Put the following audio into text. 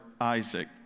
Isaac